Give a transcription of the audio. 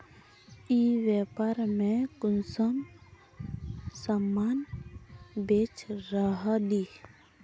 ई व्यापार में कुंसम सामान बेच रहली?